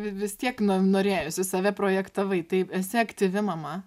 vi vis tiek no norėjosi save projektavai taip esi aktyvi mama